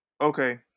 Okay